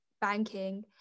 banking